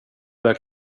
väg